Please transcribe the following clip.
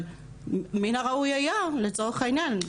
מן הראוי היה לצורך העניין,